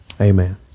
Amen